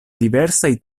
diversaj